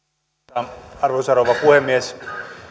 arvoisa arvoisa rouva puhemies